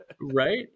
Right